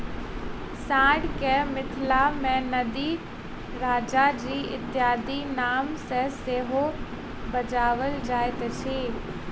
साँढ़ के मिथिला मे नंदी, राजाजी इत्यादिक नाम सॅ सेहो बजाओल जाइत छै